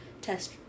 test